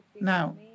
Now